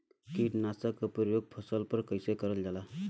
कीटनाशक क प्रयोग फसल पर कइसे करल जाला?